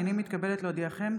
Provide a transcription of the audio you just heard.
הינני מתכבדת להודיעכם,